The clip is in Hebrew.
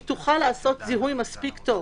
היא תוכל לעשות זיהוי מספיק טוב,